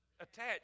attach